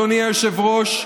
אדוני היושב-ראש,